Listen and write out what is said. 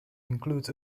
includes